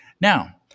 Now